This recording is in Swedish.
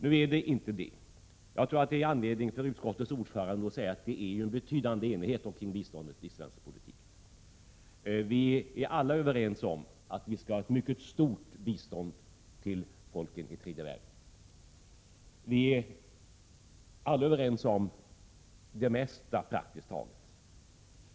Nu är det inte så. Jag tror att det finns anledning för utskottets ordförande att säga att enigheten i svensk politik är betydande när det gäller biståndet. Vi är alla överens om att vi skall ha ett mycket stort bistånd till folken i tredje världen. Vi är alla överens om praktiskt taget det mesta.